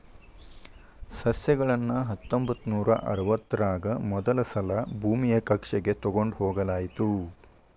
ಸಸ್ಯಗಳನ್ನ ಹತ್ತೊಂಬತ್ತನೂರಾ ಅರವತ್ತರಾಗ ಮೊದಲಸಲಾ ಭೂಮಿಯ ಕಕ್ಷೆಗ ತೊಗೊಂಡ್ ಹೋಗಲಾಯಿತು